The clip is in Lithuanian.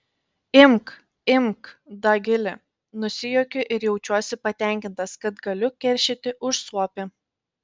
imk imk dagili nusijuokiu ir jaučiuosi patenkintas kad galiu keršyti už suopį